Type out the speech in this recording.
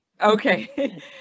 Okay